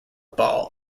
ball